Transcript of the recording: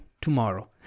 tomorrow